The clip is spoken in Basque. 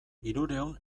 hirurehun